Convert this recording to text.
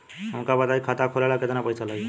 हमका बताई खाता खोले ला केतना पईसा लागी?